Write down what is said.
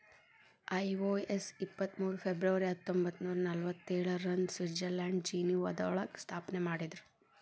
IOS ಇಪ್ಪತ್ ಮೂರು February ಹತ್ತೊಂಬತ್ನೂರಾ ನಲ್ವತ್ತೇಳ ರಂದು ಸ್ವಿಟ್ಜರ್ಲೆಂಡ್ನ ಜಿನೇವಾದೊಳಗ ಸ್ಥಾಪನೆಮಾಡಿದ್ರು